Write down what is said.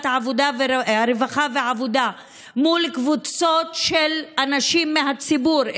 הרווחה והעבודה מול קבוצות של אנשים מהציבור,